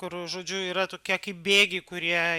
kur žodžiu yra tokie kaip bėgiai kurie